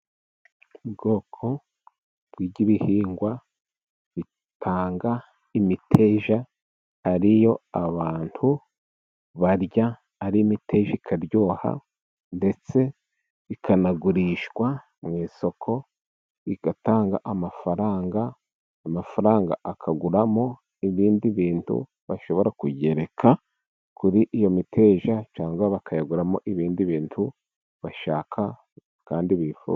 Ubwoko bw'ibihingwa bitanga imiteja, ari yo abantu barya, ari imiteja ikaryoha ndetse ikanagurishwa mu isoko igatanga amafaranga. Amafaranga akaguramo ibindi bintu bashobora kugereka kuri iyo miteja, cyangwa bakayaguramo ibindi bintu bashaka kandi bifuza.